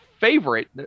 favorite